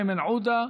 איימן עודה,